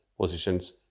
positions